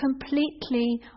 completely